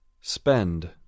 Spend